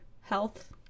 health